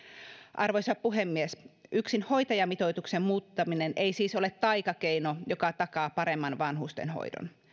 arvoisa puhemies yksin hoitajamitoituksen muuttaminen ei siis ole taikakeino joka takaa paremman vanhustenhoidon